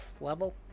level